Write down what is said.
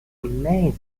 amazing